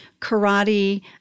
karate